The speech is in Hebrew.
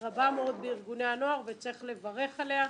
רבה מאוד בקרב ארגוני הנוער וצריך לברך עליה.